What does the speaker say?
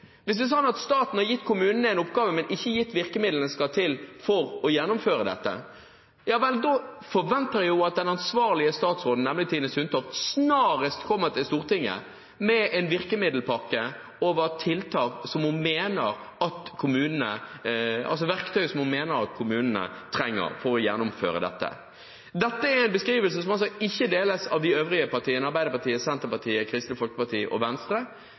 hvis det er sånn at staten har gitt kommunene en oppgave, men ikke gitt dem virkemidlene som skal til for å gjennomføre dette. Da forventer jeg at den ansvarlige statsråden, nemlig Tine Sundtoft, snarest kommer til Stortinget med en virkemiddelpakke med verktøy som hun mener at kommunene trenger for å gjennomføre dette. Dette er en beskrivelse som ikke deles av de øvrige partiene – Arbeiderpartiet, Senterpartiet, Kristelig Folkeparti og Venstre.